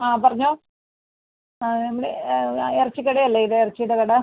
ആ പറഞ്ഞോ ആ ആ ഇറച്ചിക്കടയല്ലേ ഇത് ഇറച്ചീടെ കട